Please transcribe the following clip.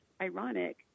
ironic